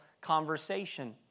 conversation